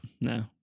No